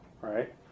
right